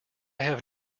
have